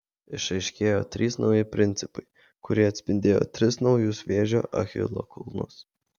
išaiškėjo trys nauji principai kurie atspindėjo tris naujus vėžio achilo kulnus